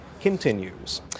Continues